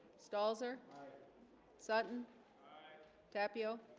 stalls er sutton tapio